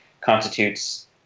constitutes